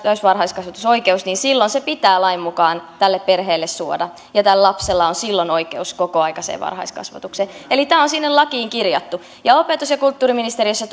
täysi varhaiskasvatusoikeus niin silloin se pitää lain mukaan tälle perheelle suoda ja tällä lapsella on silloin oikeus kokoaikaiseen varhaiskasvatukseen eli tämä on sinne lakiin kirjattu opetus ja kulttuuriministeriössä